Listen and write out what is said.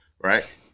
right